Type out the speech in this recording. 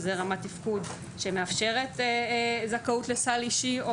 זאת רמת תפקוד שמאפשרת זכאות לסל אישי,